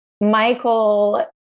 Michael